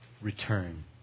return